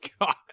God